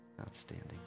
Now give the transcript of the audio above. Outstanding